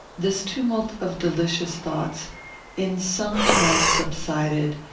this tumult of delicious thoughts in some time subsided,